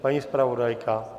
Paní zpravodajka?